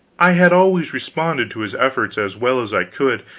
i had always responded to his efforts as well as i could,